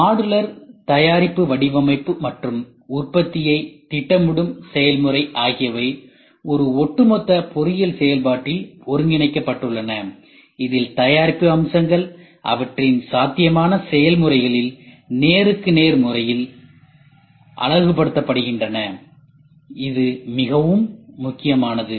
modular தயாரிப்பு வடிவமைப்பு மற்றும் உற்பத்தியைத் திட்டமிடும் செயல்முறை ஆகியவை ஒரு ஒட்டுமொத்த பொறியியல் செயல்பாட்டில் ஒருங்கிணைக்கப்பட்டுள்ளன இதில் தயாரிப்பு அம்சங்கள் அவற்றின் சாத்தியமான செயல்முறைகளில் நேருக்கு நேர் முறையில் அழகு படுத்தப்படுகின்றன இது மிகவும் முக்கியமானது